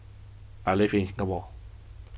I live in Singapore